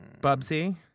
Bubsy